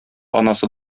анасы